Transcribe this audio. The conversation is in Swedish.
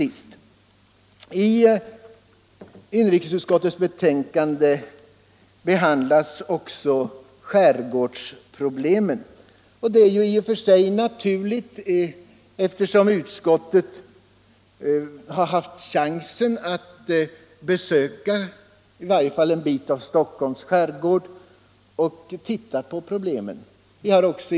I inrikesutskottets betänkande behandlas också skärgårdsproblemen, och det är i och för sig naturligt eftersom utskottsledamöterna vid besök i Stockholms skärgård haft möjlighet att studera problemen.